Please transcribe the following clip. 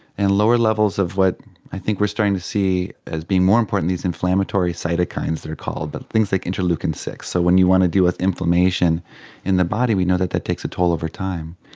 and lower levels of what i think we are starting to see as being more important, these inflammatory cytokines they're called, but things like interleukin six. so when you want to deal with inflammation in the body, we know that that takes a toll over time.